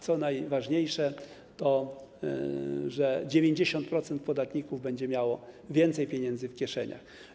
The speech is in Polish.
Co najważniejsze, 90% podatników będzie miało więcej pieniędzy w kieszeniach.